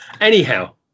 Anyhow